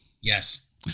Yes